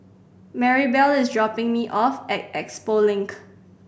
Maribel is dropping me off at Expo Link